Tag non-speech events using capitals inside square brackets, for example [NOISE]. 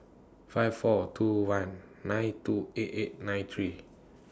five four two one nine two eight eight nine three [NOISE]